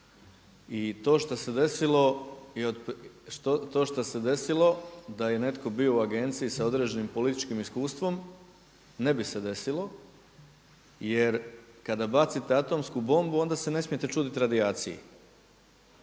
I to što se desilo da je netko bio u agenciji sa određenim političkim iskustvom ne bi se desilo, jer kada bacite atomsku bombu onda se ne smijete čuditi radijaciji.